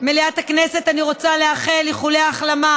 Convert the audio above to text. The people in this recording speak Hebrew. בימת הכנסת אני רוצה לאחל איחולי החלמה